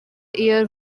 year